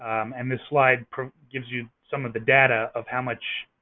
um and this slide gives you some of the data of how much